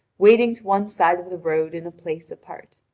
waiting to one side of the road in a place apart.